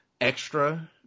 extra